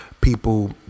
people